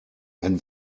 ein